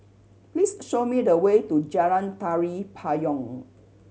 please show me the way to Jalan Tari Payong